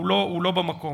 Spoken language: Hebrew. הוא לא במקום.